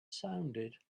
sounded